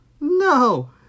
no